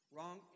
Wrong